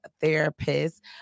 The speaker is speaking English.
therapist